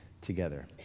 together